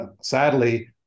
sadly